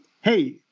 hey